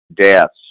deaths